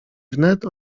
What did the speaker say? wnet